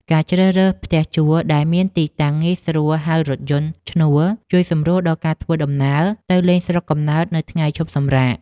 ការជ្រើសរើសផ្ទះជួលដែលមានទីតាំងងាយស្រួលហៅរថយន្តឈ្នួលជួយសម្រួលដល់ការធ្វើដំណើរទៅលេងស្រុកកំណើតនៅថ្ងៃឈប់សម្រាក។